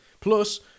Plus